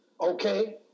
okay